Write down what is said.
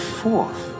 fourth